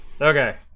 Okay